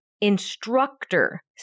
instructor